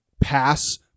pass